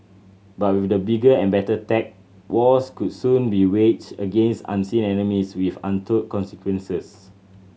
but with the bigger and better tech wars could soon be waged against unseen enemies with untold consequences